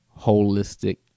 Holistic